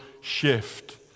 shift